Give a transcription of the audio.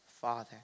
father